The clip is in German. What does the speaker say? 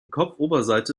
kopfoberseite